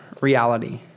reality